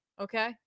Okay